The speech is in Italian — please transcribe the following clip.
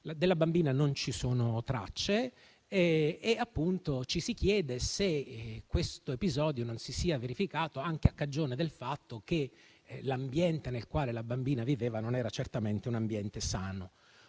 Della bambina non ci sono tracce e ci si chiede se questo episodio non si sia verificato anche a cagione del fatto che l'ambiente nel quale la bambina viveva non era certamente un ambiente sano.